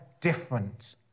different